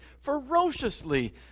ferociously